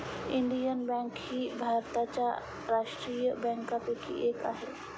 Indian bank ही भारताच्या राष्ट्रीय बँकांपैकी एक आहे